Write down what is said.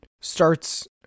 starts